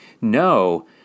No